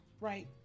right